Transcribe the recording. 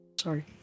Sorry